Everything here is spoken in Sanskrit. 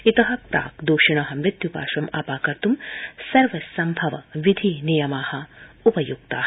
इत प्राक् दोषिण मृत्युपाशम् अपाकर्त् सर्वसंभव विधि नियमा उपयुक्ता